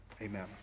amen